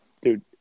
Dude